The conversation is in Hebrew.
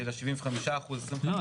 25% --- לא,